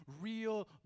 real